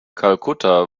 kalkutta